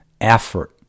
effort